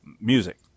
music